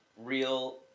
Real